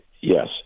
Yes